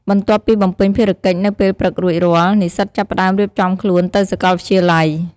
បន្ទាប់ពីបំពេញភារកិច្ចនៅពេលព្រឹករួចរាល់ និស្សិតចាប់ផ្ដើមរៀបចំខ្លួនទៅសាកលវិទ្យាល័យ។